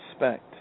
respect